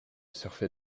surfer